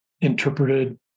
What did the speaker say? interpreted